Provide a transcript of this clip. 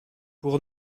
pour